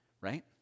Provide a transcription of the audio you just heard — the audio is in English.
right